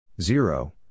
Zero